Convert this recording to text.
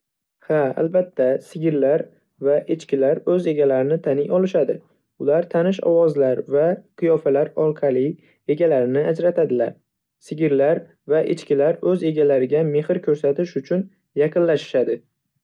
Ha albatta, sigirlar va echkilar o'z egalarini taniy olishadi. Ular tanish ovozlar va qiyofalar orqali egalarini ajratadilar. Sigirlar va echkilar, o'z egalariga mehr ko'rsatish uchun yaqinlashishadi.